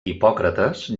hipòcrates